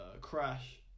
Crash